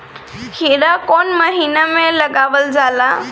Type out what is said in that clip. खीरा कौन महीना में लगावल जाला?